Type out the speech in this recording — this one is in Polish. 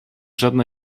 żadna